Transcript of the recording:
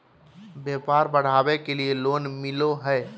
व्यापार बढ़ावे के लिए लोन मिलो है?